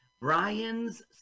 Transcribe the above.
Brian's